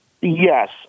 Yes